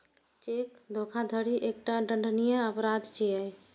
cheque धोखाधड़ी एकटा दंडनीय अपराध छियै